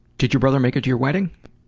did your brother make it to your wedding?